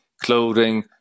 clothing